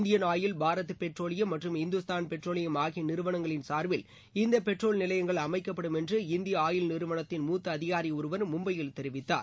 Indian oil Bharat petroleum மற்றும் Hindustan petroleum ஆகிய நிறுவனங்களின் சார்பில் இந்த பெட்ரோல் நிலையங்கள் அமைக்கப்படும் என்று இந்திய ஆயில் நிறுவனத்தின் மூத்த அதிகாரி ஒருவர் மும்பையில் தெரிவித்தார்